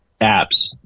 apps